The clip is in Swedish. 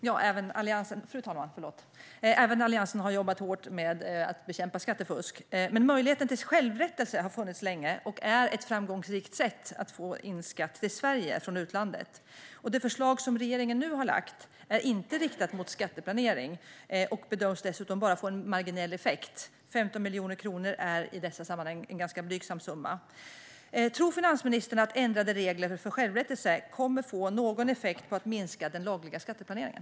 Fru talman! Även Alliansen har jobbat hårt med att bekämpa skattefusk. Möjligheten till självrättelse har dock funnits länge och är ett framgångsrikt sätt att få in skatt till Sverige från utlandet. Det förslag regeringen nu har lagt fram är inte riktat mot skatteplanering, och det bedöms dessutom få bara en marginell effekt - 15 miljoner kronor är i dessa sammanhang en ganska blygsam summa. Tror finansministern att ändrade regler för självrättelse kommer att få någon effekt när det gäller att minska den lagliga skatteplaneringen?